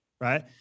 right